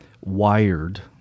wired